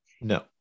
No